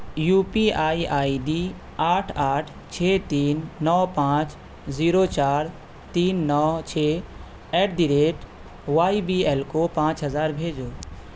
you P I I D آٹھ آٹھ چھ تین نو پانچ زیرو چار تین نو چھ at the rate Y B L کو پانچ ہزار بھیجو